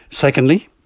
Secondly